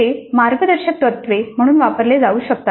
ते मार्गदर्शक तत्त्वे म्हणून वापरले जाऊ शकतात